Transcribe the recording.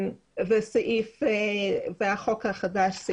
והחוק החדש,